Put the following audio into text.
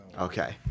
Okay